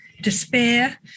despair